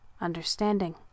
understanding